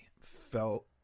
felt